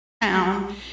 town